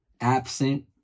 absent